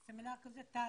טלי,